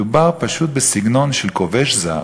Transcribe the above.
מדובר פשוט בסגנון של כובש זר,